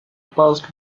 passed